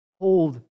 hold